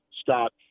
Scott